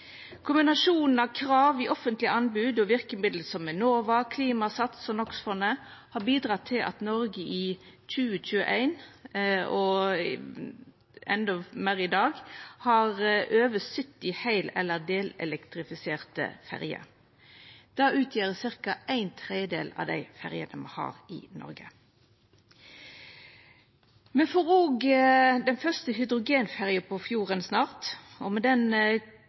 krav i offentlege anbod og verkemiddel som Enova, Klimasats og NO X -fondet har bidrege til at Noreg i 2021, og endå meir i dag, har over 70 heil- eller delelektrifiserte ferjer. Det utgjer ca. ein tredel av ferjene me har i Noreg. Me får òg den første hydrogenferja på fjorden snart, og